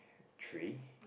three